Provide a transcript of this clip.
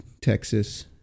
Texas